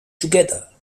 together